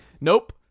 nope